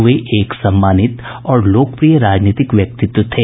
वे एक सम्मानित और लोकप्रिय राजनीतिक व्यक्ति थे